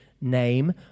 name